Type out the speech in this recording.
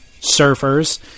surfers